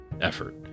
effort